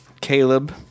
Caleb